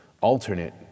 alternate